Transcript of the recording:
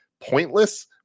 pointless